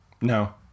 no